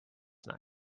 night